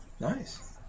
Nice